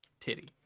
titty